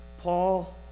Paul